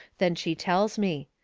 then she tells me.